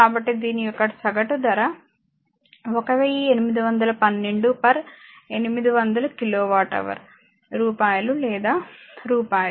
కాబట్టి దీని యొక్క సగటు ధర 1812800 కిలో వాట్ హవర్ రూపాయి లేదా రూపాయలు